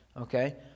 Okay